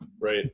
Right